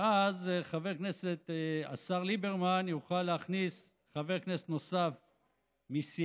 ואז השר ליברמן יוכל להכניס חבר כנסת נוסף מסיעתו.